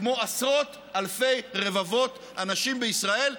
כמו עשרות אלפי רבבות אנשים בישראל,